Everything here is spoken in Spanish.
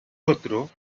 otro